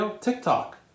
TikTok